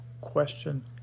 Question